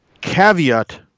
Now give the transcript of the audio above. caveat